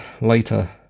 later